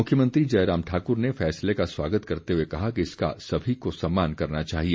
मुख्यमंत्री जयराम ठाकुर ने फैसले का स्वागत करते हुए कहा कि इसका सभी को सम्मान करना चाहिए